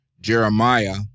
jeremiah